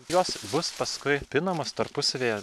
jos bus paskui pinamos tarpusavyje